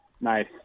Nice